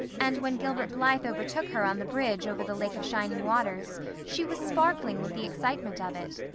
and when gilbert blythe overtook her on the bridge over the lake of shining waters she was sparkling with the excitement of it.